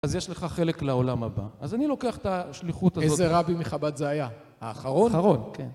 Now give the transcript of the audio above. אז יש לך חלק לעולם הבא, אז אני לוקח את השליחות הזאת איזה רבי מחב"ד זה היה? האחרון? האחרון, כן